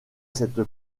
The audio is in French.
cette